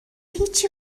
هیچی